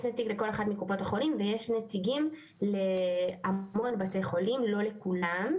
יש נציג לכל אחת מקופות החולים ויש נציגים להמון בתי חולים לא לכולם,